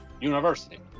university